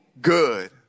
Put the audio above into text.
good